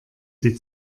sie